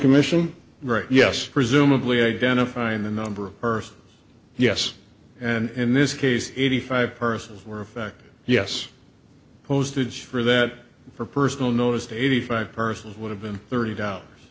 commission rate yes presumably identifying the number of earth yes and in this case eighty five earth were affected yes postage for that for personal noticed eighty five persons would have been thirty do